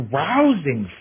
rousing